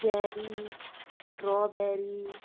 cherry strawberry